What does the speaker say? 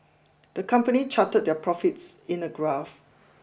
the company charted their profits in a graph